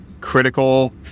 critical